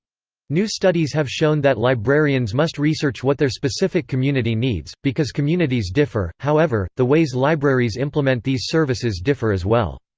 new studies have shown that librarians must research what their specific community needs, because communities differ, however, the ways libraries implement these services differ as well.